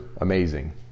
amazing